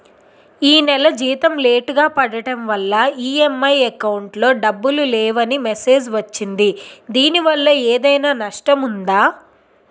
ఈ నెల జీతం లేటుగా పడటం వల్ల ఇ.ఎం.ఐ అకౌంట్ లో డబ్బులు లేవని మెసేజ్ వచ్చిందిదీనివల్ల ఏదైనా నష్టం ఉందా?